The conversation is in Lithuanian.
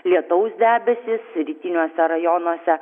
lietaus debesys rytiniuose rajonuose